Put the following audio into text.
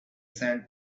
sand